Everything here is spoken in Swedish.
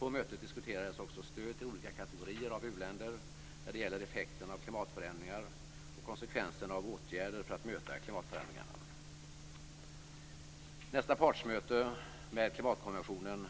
På mötet diskuterades också stöd till olika kategorier av u-länder när det gäller effekten av klimatförändringar och konsekvensen av åtgärder för att möta klimatförändringarna. Nästa partsmöte med klimatkonventionen